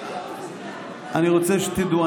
אני רוצה שתדעו,